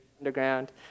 Underground